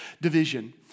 division